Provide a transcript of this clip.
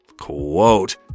quote